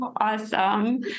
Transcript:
Awesome